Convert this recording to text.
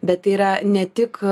bet tai yra ne tik